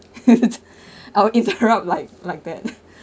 I would interrupt like like that